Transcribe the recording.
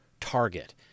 target